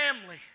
family